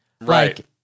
Right